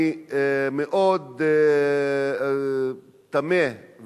אני מאוד תמה,